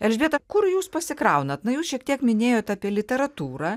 elžbieta kur jūs pasikraunat na jūs šiek tiek minėjot apie literatūrą